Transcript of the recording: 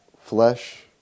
flesh